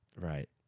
right